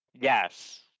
yes